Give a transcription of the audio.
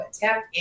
tap